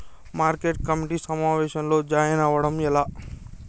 Market committee సమావేశంలో join అవ్వడం ఎలా?